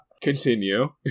Continue